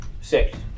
Six